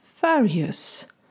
various